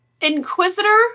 Inquisitor